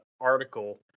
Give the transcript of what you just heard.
article